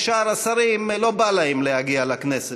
כי שאר השרים לא בא להם להגיע לכנסת.